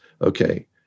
okay